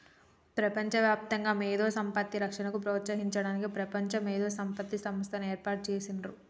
ప్రపంచవ్యాప్తంగా మేధో సంపత్తి రక్షణను ప్రోత్సహించడానికి ప్రపంచ మేధో సంపత్తి సంస్థని ఏర్పాటు చేసిర్రు